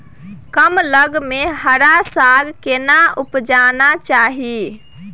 कम लग में हरा साग केना उपजाना चाही?